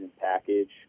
package